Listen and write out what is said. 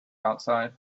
outside